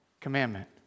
commandment